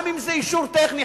גם אם זה אישור טכני,